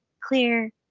clear